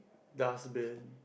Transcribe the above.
dustbin